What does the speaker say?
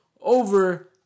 over